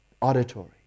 auditory